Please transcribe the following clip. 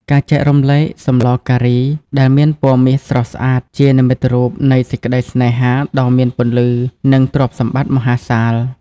ការចែករំលែក "សម្លការី" ដែលមានពណ៌មាសស្រស់ស្អាត ជានិមិត្តរូបនៃជីវិតស្នេហាដ៏មានពន្លឺ និងទ្រព្យសម្បត្តិមហាសាល។